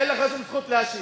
אין לך שום זכות להשיב.